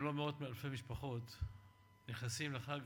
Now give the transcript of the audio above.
אם לא מאות אלפי משפחות נכנסות לחג,